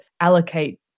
allocate